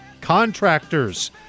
contractors